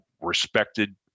respected